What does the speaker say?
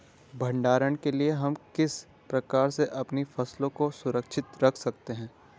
भंडारण के लिए हम किस प्रकार से अपनी फसलों को सुरक्षित रख सकते हैं?